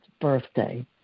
birthday